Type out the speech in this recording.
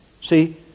See